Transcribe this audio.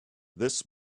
this